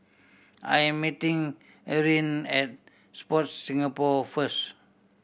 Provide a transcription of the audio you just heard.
I am meeting Eryn at Sport Singapore first